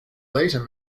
later